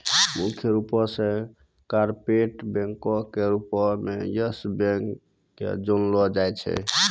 मुख्य रूपो से कार्पोरेट बैंको के रूपो मे यस बैंक के जानलो जाय छै